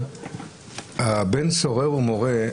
בן סורר ומורה,